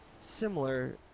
similar